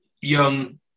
Young